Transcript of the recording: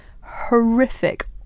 horrific